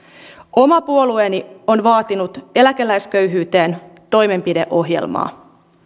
oma puolueeni on vaatinut eläkeläisköyhyyteen toimenpideohjelmaa